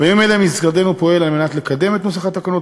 בימים אלה משרדנו פועל לקדם את נוסח התקנות,